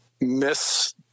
miss